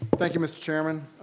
thank you, mr. chairman.